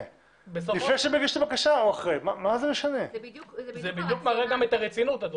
זה גם מראה את הרצינות.